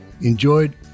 enjoyed